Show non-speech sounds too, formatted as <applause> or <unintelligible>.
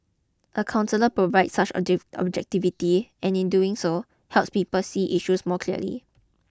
a counsellor provides such <unintelligible> objectivity and in doing so helps people see issues more clearly